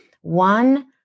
one